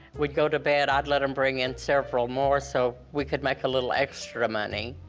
would go to bed, i'd let them bring in several more, so we could make a little extra money.